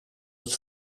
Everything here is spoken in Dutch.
het